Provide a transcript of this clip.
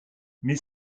mais